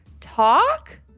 talk